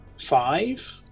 five